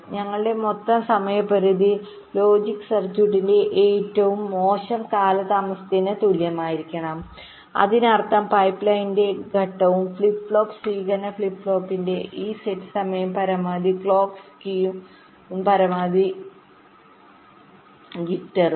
നിങ്ങളുടെ മൊത്തം സമയപരിധി ലോജിക് സർക്യൂട്ടിന്റെ ഏറ്റവും മോശം കാലതാമസത്തിന് തുല്യമായിരിക്കണം അതിനർത്ഥം പൈപ്പ്ലൈനിന്റെ ഘട്ടവും ഫ്ലിപ്പ് ഫ്ലോപ്പ് സ്വീകരിക്കുന്ന ഫ്ലിപ്പ് ഫ്ലോപ്പിന്റെ ഈ സെറ്റ് സമയവും പരമാവധി ക്ലോക്ക് സ്കീയും പരമാവധി ഞെട്ടലും